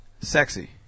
Sexy